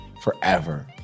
forever